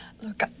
Look